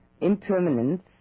Impermanence